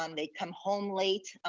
um they'd come home late.